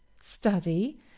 study